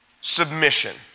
submission